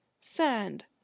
sand